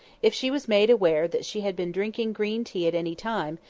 if she was made aware that she had been drinking green tea at any time,